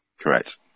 correct